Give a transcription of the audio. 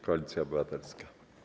Koalicja Obywatelska.